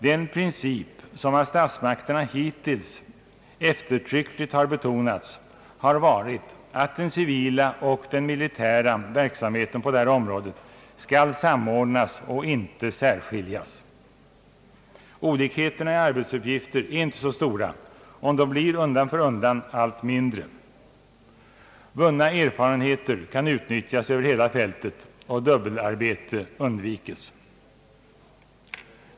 Den princip som av statsmakterna hittills eftertryckligt har betonats har varit att den civila och den militära verksamheten på detta område skall samordnas och inte särskiljas. Olikheterna i arbetsuppgifter är inte så stora och blir undan för undan allt mindre. Vunna erfarenheter kan utnyttjas över hela fältet och dubbelarbete undvikes.